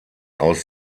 aus